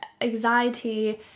anxiety